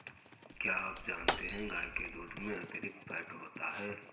क्या आप जानते है गाय के दूध में अतिरिक्त फैट होता है